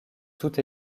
tout